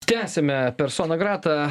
tęsiame persona grata